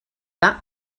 that